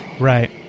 Right